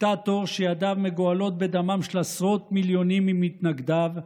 דיקטטור שידיו מגואלות בדמם של עשרות מיליונים ממתנגדיו,